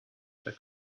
for